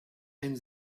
and